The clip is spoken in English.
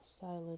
silent